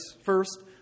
First